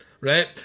right